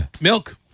Milk